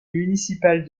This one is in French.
municipal